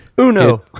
Uno